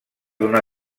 d’una